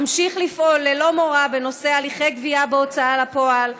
אמשיך לפעול ללא מורא בנושא הליכי גבייה בהוצאה לפועל.